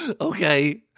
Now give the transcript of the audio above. Okay